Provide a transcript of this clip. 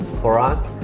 for us,